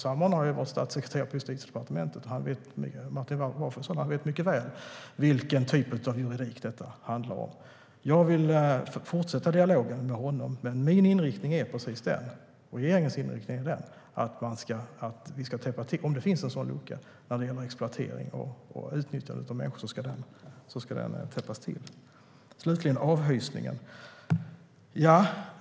Han har varit statssekreterare på Justitiedepartementet och vet mycket väl vilken typ av juridik det handlar om. Jag vill fortsätta dialogen med honom. Min och regeringens inriktning är att om det finns en lucka när det gäller exploatering och utnyttjande av människor ska vi täppa till den. Så till avhysningen.